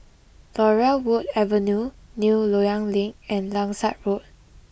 Laurel Wood Avenue New Loyang Link and Langsat Road